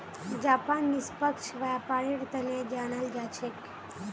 Japan निष्पक्ष व्यापारेर तने जानाल जा छेक